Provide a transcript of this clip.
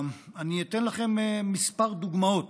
אני אתן לכם כמה דוגמאות: